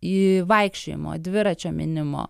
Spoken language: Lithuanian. į vaikščiojimo dviračio mynimo